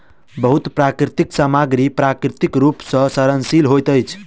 बहुत प्राकृतिक सामग्री प्राकृतिक रूप सॅ सड़नशील होइत अछि